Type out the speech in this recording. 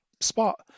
spot